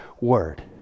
word